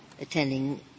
attending